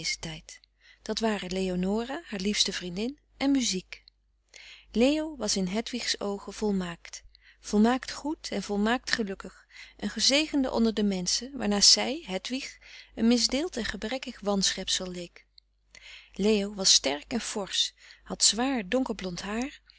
dat waren leonora haar liefste vriendin en muziek leo was in hedwigs oogen volmaakt volmaakt goed en volmaakt gelukkig een gezegende onder de menschen waarnaast zij hedwig een misdeeld en gebrekkig wanschepsel leek leo was sterk en forsch had zwaar donkerblond haar